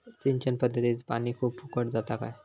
सिंचन पध्दतीत पानी खूप फुकट जाता काय?